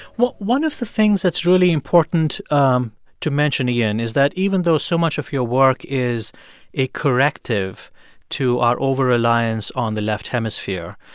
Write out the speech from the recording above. one of the things that's really important um to mention, iain, is that even though so much of your work is a corrective to our overreliance on the left hemisphere,